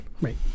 Right